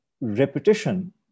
repetition